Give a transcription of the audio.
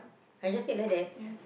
I just said like that